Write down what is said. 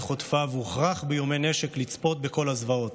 חוטפיו והוכרח באיומי נשק לצפות בכל הזוועות.